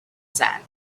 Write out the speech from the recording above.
sand